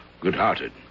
good-hearted